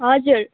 हजुर